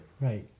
Right